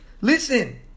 Listen